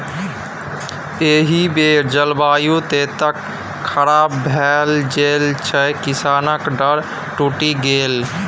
एहि बेर जलवायु ततेक खराप भेल छल जे किसानक डांर टुटि गेलै